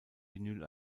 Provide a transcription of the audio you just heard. vinyl